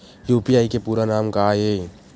UPI के पूरा नाम का ये?